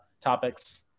topics